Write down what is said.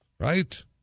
right